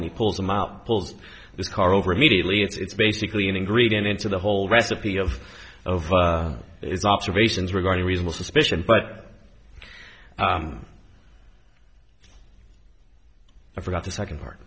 and he pulls them out pulls this car over immediately it's basically an ingredient into the whole recipe of of its observations regarding reasonable suspicion but i forgot the second part